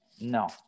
No